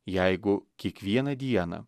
jeigu kiekvieną dieną